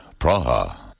Praha